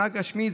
מבחינה גשמית,